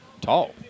Tall